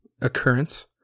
occurrence